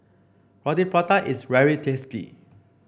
Roti Prata is very tasty